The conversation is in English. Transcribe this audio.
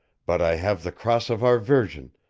but i have the cross of our virgin,